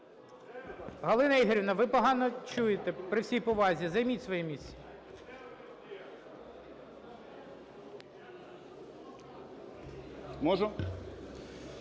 Галино Ігорівно, ви погано чуєте, при всій повазі, займіть своє місце.